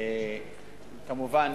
כמובן,